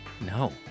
No